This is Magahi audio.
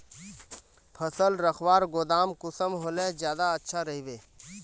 फसल रखवार गोदाम कुंसम होले ज्यादा अच्छा रहिबे?